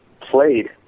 played